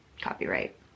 copyright